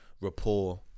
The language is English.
rapport